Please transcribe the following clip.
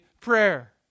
prayer